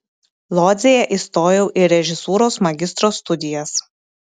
lodzėje įstojau į režisūros magistro studijas